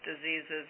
diseases